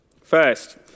First